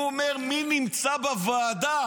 הוא אומר מי נמצא בוועדה.